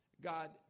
God